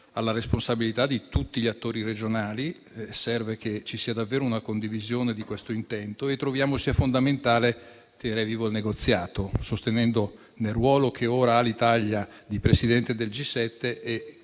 alla responsabilità di tutti gli attori regionali. Serve che ci sia davvero una condivisione di questo intento e troviamo sia fondamentale tenere vivo il negoziato, sostenendo, nel ruolo che ora ha l'Italia di Presidente del G7